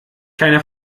keine